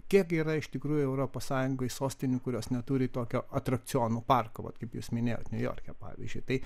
kiek yra iš tikrųjų europos sąjungoj sostinių kurios neturi tokio atrakcionų parko vat kaip jūs minėjot niujorke pavyzdžiui tai